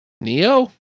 Neo